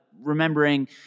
Remembering